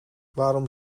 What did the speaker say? waarom